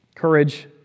Courage